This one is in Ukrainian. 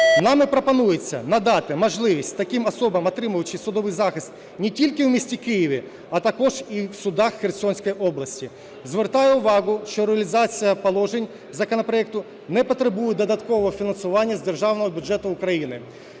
Нами пропонується надати можливість таким особам отримувати судовий захист не тільки у місті Києві, а також і в судах Херсонської області. Звертаю увагу, що реалізація положень законопроекту не потребує додаткового фінансування з Державного бюджету України.